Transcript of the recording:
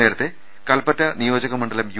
നേരത്തെ കൽപ്പറ്റ നിയോജക മണ്ഡലം യു